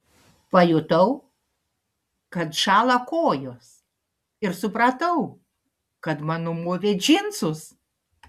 pajutau kad šąla kojos ir supratau kad man numovė džinsus